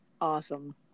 awesome